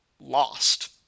lost